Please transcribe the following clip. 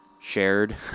shared